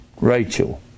rachel